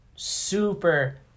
super